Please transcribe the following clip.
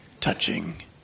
touching